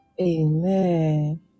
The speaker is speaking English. Amen